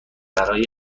برای